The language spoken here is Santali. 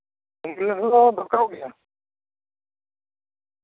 ᱮᱢᱵᱩᱞᱮᱱᱥ ᱫᱚ ᱫᱚᱨᱠᱟᱨᱚᱜ ᱜᱮᱭᱟ